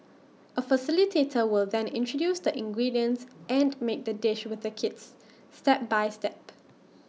A facilitator will then introduce the ingredients and make the dish with the kids step by step